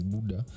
Buddha